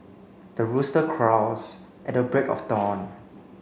the rooster crows at the break of dawn